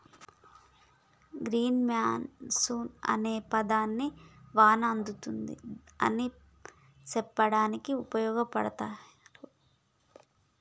గీ monsoon అనే పదాన్ని వాన అతుంది అని సెప్పడానికి ఉపయోగిత్తారు